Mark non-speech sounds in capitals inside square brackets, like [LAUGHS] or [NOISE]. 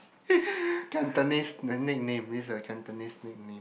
[LAUGHS] Cantonese nickname means a Cantonese nickname